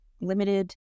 limited